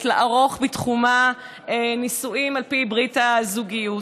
לערוך בתחומה נישואים על פי ברית הזוגיות,